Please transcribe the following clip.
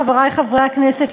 חברי חברי הכנסת,